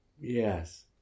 Yes